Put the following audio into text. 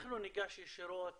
אנחנו ניגש ישירות